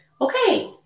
okay